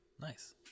Nice